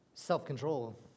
Self-control